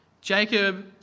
Jacob